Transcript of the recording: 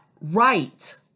right